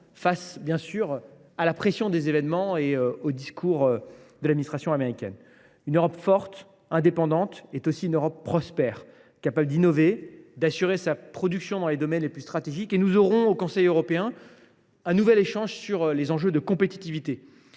bien sûr de la pression des événements et du discours de l’administration américaine. Une Europe forte et indépendante est aussi une Europe prospère, capable d’innover et d’assurer sa production dans les domaines les plus stratégiques. Nous aurons ainsi, lors du Conseil européen, un nouvel échange sur la compétitivité.